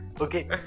okay